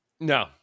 No